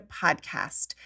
Podcast